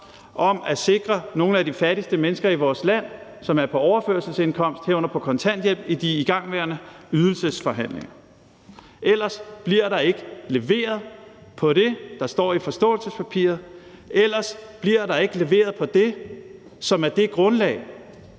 om at sikre nogle af de fattigste mennesker i vores land, som er på overførselsindkomst, herunder på kontanthjælp, for ellers bliver der ikke leveret på det, der står i forståelsespapiret, ellers bliver der ikke leveret på det, der er det grundlag,